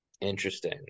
Interesting